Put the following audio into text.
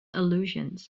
allusions